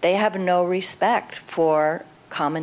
they have no respect for common